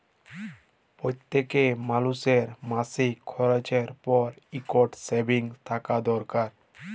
প্যইত্তেক মালুসের মাসিক খরচের পর ইকট সেভিংস থ্যাকা দরকার